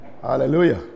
hallelujah